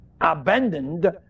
abandoned